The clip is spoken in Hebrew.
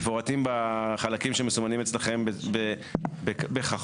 מפורטים בחלקים שמסומנים אצלכם בכחול.